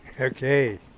Okay